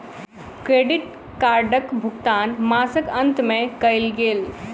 credit कार्डक भुगतान मासक अंत में कयल गेल